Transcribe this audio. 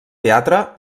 teatre